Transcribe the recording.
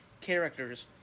characters